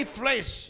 flesh